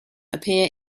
appear